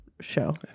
show